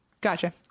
Gotcha